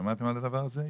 שמעתם על הדבר הזה?